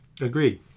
Agreed